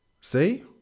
See